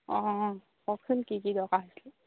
অঁ কওকচোন কি কি দৰকাৰ হৈছিলে